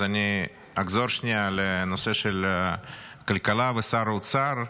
אז אני אחזור שנייה לנושא של הכלכלה ושר האוצר.